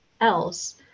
else